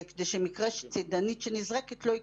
כדי שמקרה של צידנית נזרקת לא יקרה.